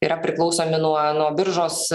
yra priklausomi nuo nuo biržos